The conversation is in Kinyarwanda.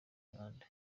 muhanda